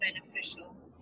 beneficial